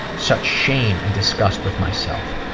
such shame and disgust with myself.